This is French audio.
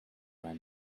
vingt